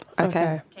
Okay